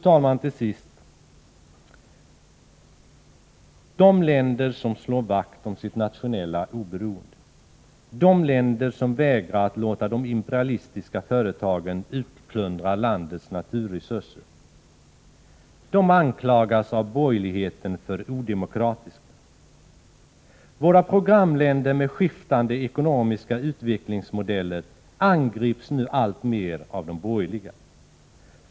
Till sist, fru talman: De länder som slår vakt om sitt nationella oberoende, de länder som vägrar att låta de imperialistiska företagen utplundra landets naturresurser, de anklagas av borgerligheten för att vara odemokratiska. Våra programländer, med skiftande ekonomiska utvecklingsmodeller, angrips nu alltmer av de borgerliga.